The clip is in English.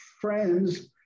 friends